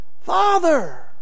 Father